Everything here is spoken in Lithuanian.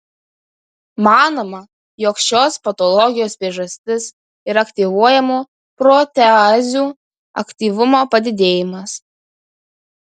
manoma jog šios patologijos priežastis yra aktyvuojamų proteazių aktyvumo padidėjimas